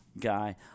guy